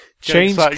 change